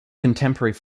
contemporary